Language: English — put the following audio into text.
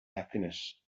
happiness